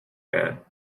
man